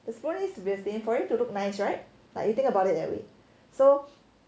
for you to look nice right like you think about it that way so